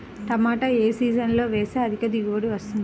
టమాటా ఏ సీజన్లో వేస్తే అధిక దిగుబడి వస్తుంది?